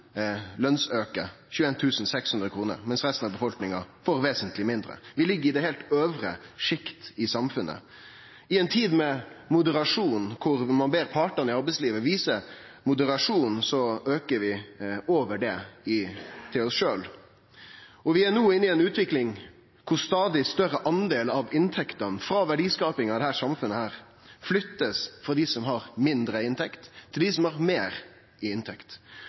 sjølv – 21 600 kr – mens resten av befolkninga får vesentleg mindre. Vi ligg i det heilt øvre sjiktet i samfunnet. I ei tid der ein ber partane i arbeidslivet vise moderasjon, aukar vi meir enn det til oss sjølve. Vi er no inne i ei utvikling der ein stadig større del av inntektene frå verdiskapinga i dette samfunnet blir flytta frå dei som har mindre i inntekt, til dei som har meir i inntekt